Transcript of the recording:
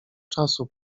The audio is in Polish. czasu